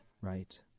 right